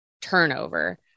turnover